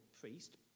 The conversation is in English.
priest